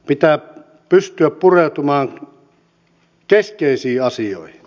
pitää pystyä pureutumaan keskeisiin asioihin